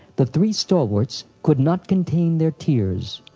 the three stalwarts could not contain their tears.